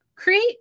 create